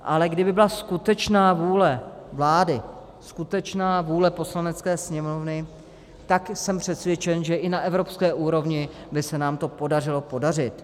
Ale kdyby byla skutečná vůle vlády, skutečná vůle Poslanecké sněmovny, tak jsem přesvědčen, že i na evropské úrovni by se nám to podařilo prosadit.